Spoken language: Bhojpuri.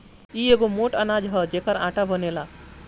इ एगो मोट अनाज हअ जेकर आटा बनेला